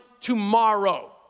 tomorrow